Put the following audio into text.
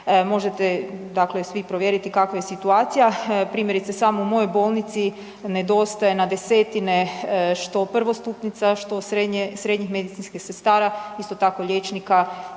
Možete svi provjeriti kakva je situacija, primjerice samo u mojoj bolnici nedostaje na desetine što prvostupnica, što srednjih medicinskih sestara, isto tako liječnika